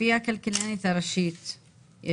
לפי הכלכלנית הראשית,